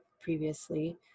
previously